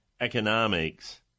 economics